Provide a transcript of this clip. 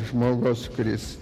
žmogus kuris